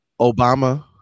Obama